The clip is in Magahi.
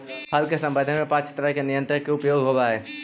फल के संवर्धन में पाँच तरह के नियंत्रक के उपयोग होवऽ हई